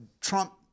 Trump